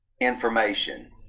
information